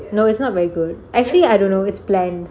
no it's not very good actually I don't know it's bland